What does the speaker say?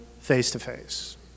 face-to-face